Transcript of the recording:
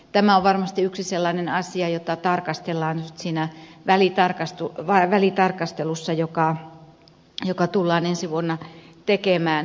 tämä on varmasti yksi sellainen asia jota tarkastellaan siinä välitarkastelussa joka tullaan ensi vuonna tekemään